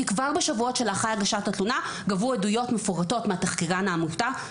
כי כבר בשבועות שלאחר הגשת התלונה גבו עדויות מפורטות מהתחקירן המופתע,